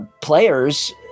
players